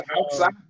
outside